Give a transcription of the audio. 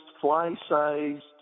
fly-sized